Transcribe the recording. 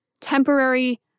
temporary